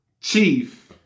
Chief